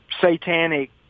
satanic